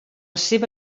seva